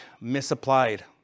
misapplied